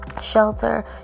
shelter